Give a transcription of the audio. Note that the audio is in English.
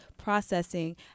processing